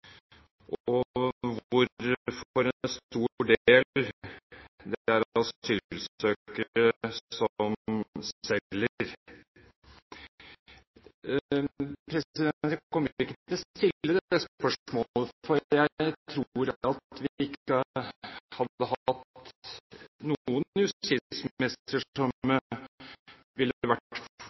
og hvor det for en stor del er asylsøkere som selger. Jeg kommer ikke til å stille det spørsmålet, for jeg tror at vi ikke hadde hatt noen justisminister som ville vært